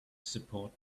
support